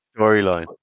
storyline